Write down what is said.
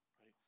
right